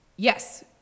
Yes